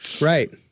Right